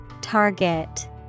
Target